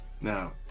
Now